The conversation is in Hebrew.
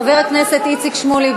חבר הכנסת איציק שמולי,